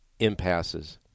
impasses